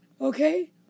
Okay